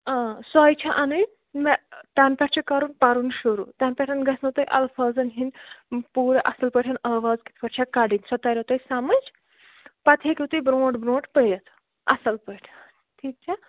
سۄے چھِ انٕنۍ مےٚ تمہ پیٚٹھ چھ کَرُن پَرُن شروع تمہ پیٚٹھ گَژھنو تۄہہِ الفاظن ہٕنٛد پوٗرٕ اصل پٲٹھۍ آواز کتھ پٲٹھۍ چھ کَڑنۍ سۄ تَریٚو تۄہہِ سمج پتہٕ ہیٚکوٕ تُہۍ برونٹھ برونٹھ پٔرِتھ اصل پٲٹھۍ ٹھیٖک چھَ